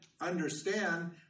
understand